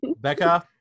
Becca